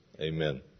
Amen